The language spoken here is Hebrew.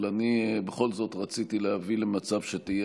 אבל אני בכל זאת רציתי להביא למצב שתהיה